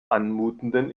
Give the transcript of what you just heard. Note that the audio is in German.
anmutenden